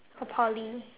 or Poly